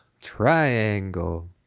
Triangle